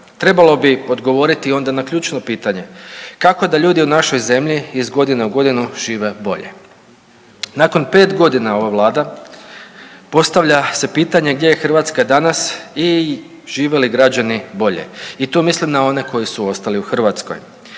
Trebalo bi odgovoriti onda na ključno pitanje. Kako da ljudi u našoj zemlji iz godine u godinu žive bolje? Nakon 5 godina ova vlada, postavlja se pitanje gdje je Hrvatska danas i žive li građani bolje i tu mislim na one koji su ostali u Hrvatskoj